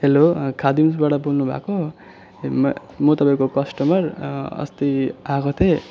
hello खादिम्सबाट बोल्नु भएको म म तपाईँको कस्टमर अस्ति आएको थिएँ